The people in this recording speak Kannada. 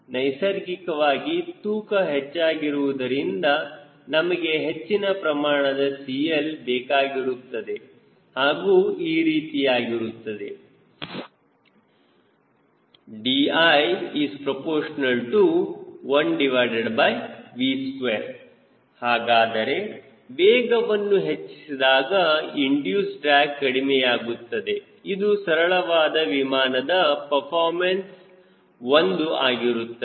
ನೈಸರ್ಗಿಕವಾಗಿ ತೂಕ ಹೆಚ್ಚಾಗಿರುವುದರಿಂದ ನಮಗೆ ಹೆಚ್ಚಿನ ಪ್ರಮಾಣದ CL ಬೇಕಾಗಿರುತ್ತದೆ ಹಾಗೂ ಈ ರೀತಿಯಾಗಿರುತ್ತದೆ Di∝1V2 ಹಾಗಾದರೆ ವೇಗವನ್ನು ಹೆಚ್ಚಿಸಿದಾಗ ಇಂಡಿಯೂಸ್ ಡ್ರ್ಯಾಗ್ ಕಡಿಮೆಯಾಗುತ್ತದೆ ಇದು ಸರಳವಾದ ವಿಮಾನದ ಪರ್ಫಾರ್ಮೆನ್ಸ್ 1 ಆಗಿರುತ್ತದೆ